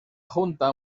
junta